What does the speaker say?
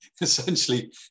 essentially